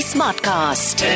Smartcast